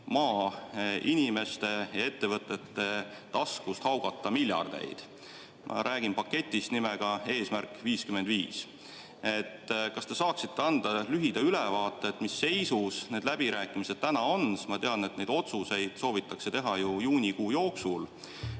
inimeste ja ettevõtete taskust haugata miljardeid. Ma räägin paketist nimega "Eesmärk 55". Kas te saaksite anda lühikese ülevaate, mis seisus need läbirääkimised on? Ma tean, et neid otsuseid soovitakse teha ju juunikuu jooksul.